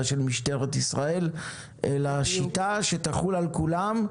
של משטרת ישראל אלא שיטה שתחול על כולם,